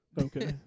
Okay